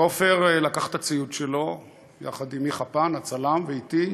עופר לקח את הציוד שלו יחד עם מיכה פן הצלם ואתי,